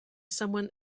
someone